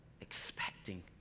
expecting